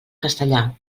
castellà